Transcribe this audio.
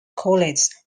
college